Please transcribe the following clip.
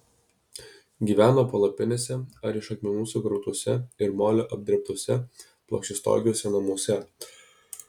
gyveno palapinėse ar iš akmenų sukrautuose ir moliu apdrėbtuose plokščiastogiuose namuose